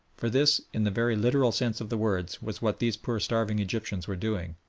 for this in the very literal sense of the words was what these poor starving egyptians were doing,